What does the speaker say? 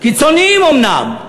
קיצוניים אומנם,